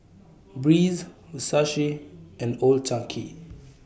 Breeze and Old Chang Kee